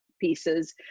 pieces